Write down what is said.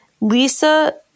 Lisa